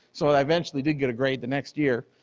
so i eventually did get a grade the next year.